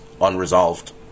unresolved